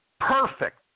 Perfect